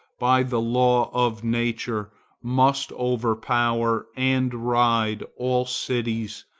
by the law of nature must overpower and ride all cities,